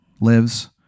lives